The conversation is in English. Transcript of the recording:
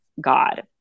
God